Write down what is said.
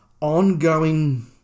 ongoing